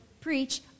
preach